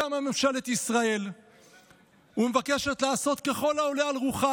קמה ממשלת ישראל ומבקשת לעשות ככל העולה על רוחה,